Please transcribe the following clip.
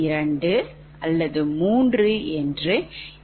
m மற்றும் load bus i12